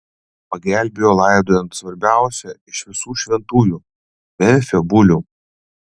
pagelbėjo laidojant svarbiausią iš visų šventųjų memfio bulių